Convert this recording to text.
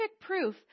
proof